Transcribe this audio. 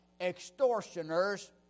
extortioners